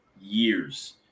years